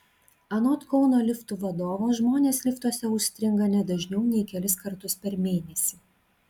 anot kauno liftų vadovo žmonės liftuose užstringa ne dažniau nei kelis kartus per mėnesį